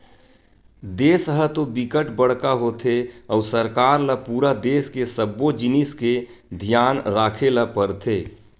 देस ह तो बिकट बड़का होथे अउ सरकार ल पूरा देस के सब्बो जिनिस के धियान राखे ल परथे